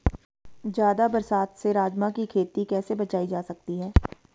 ज़्यादा बरसात से राजमा की खेती कैसी बचायी जा सकती है?